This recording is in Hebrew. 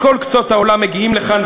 מכל קצוות העולם מגיעים לכאן,